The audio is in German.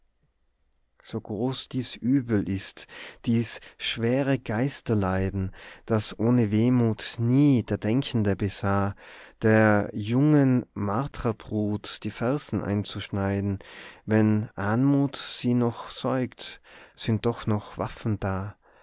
so groß dies übel ist dies schwere geisterleiden das ohne wehmut nie der denkende besah der jungen marterbrut die fersen einzuschneiden wenn anmut sie noch säugt sind doch noch waffen da